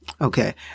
okay